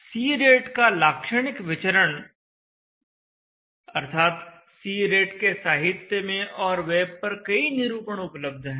C rate का लाक्षणिक विचरण अर्थात C रेट के साहित्य में और वेब पर कई निरूपण उपलब्ध हैं